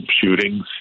shootings